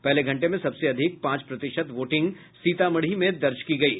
पहले घंटे में सबसे अधिक पांच प्रतिशत वोटिंग सीतामढ़ी में दर्ज की गयी